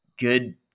good